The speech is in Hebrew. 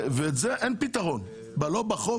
לזה אין פתרון בחוק